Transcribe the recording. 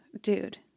Dude